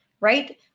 right